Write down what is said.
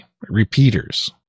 repeaters